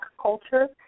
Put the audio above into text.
culture